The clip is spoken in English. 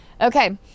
Okay